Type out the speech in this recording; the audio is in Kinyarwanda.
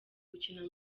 gukina